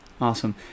Awesome